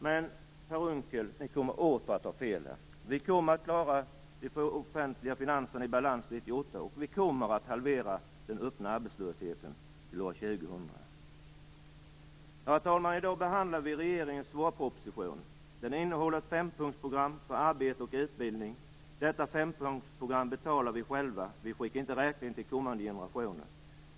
Men, Per Unckel, ni kommer åter att ha fel! Vi kommer att klara att ha de offentliga finanserna i balans 1998, och vi kommer att halvera den öppna arbetslösheten till år 2000. Herr talman! I dag behandlar vi regeringens vårproposition. Den innehåller ett fempunktsprogram för arbete och utbildning. Detta program betalar vi själva - vi skickar inte räkningen till kommande generationer.